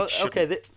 Okay